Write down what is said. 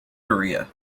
korea